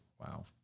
Wow